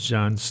John